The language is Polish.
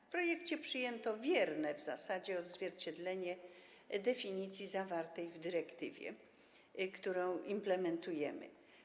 W projekcie przyjęto w zasadzie wierne odzwierciedlenie definicji zawartej w dyrektywie, którą implementujemy.